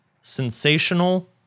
sensational